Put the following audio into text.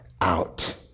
out